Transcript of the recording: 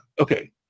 okay